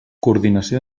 coordinació